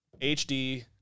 HD